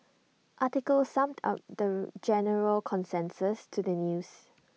article summed up the general consensus to the news